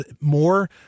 more